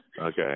Okay